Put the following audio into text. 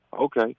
Okay